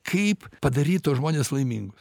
kaip padaryt tuos žmones laimingus